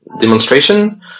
demonstration